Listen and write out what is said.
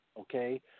okay